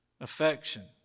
affection